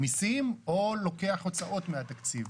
מיסים או לוקח הוצאות מהתקציב.